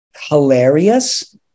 hilarious